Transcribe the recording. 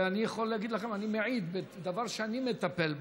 ואני יכול להגיד לכם, אני מעיד בדבר שאני מטפל בו,